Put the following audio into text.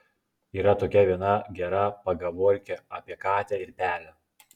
yra tokia viena gera pagavorkė apie katę ir pelę